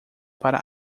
para